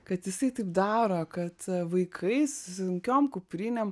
kad jisai taip daro kad vaikai su sunkiom kuprinėm